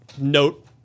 note